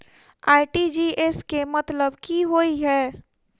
RTGS केँ मतलब की होइ हय?